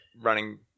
running